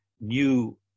new